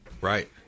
Right